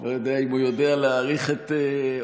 לא יודע אם הוא יודע להעריך את עוצמתו.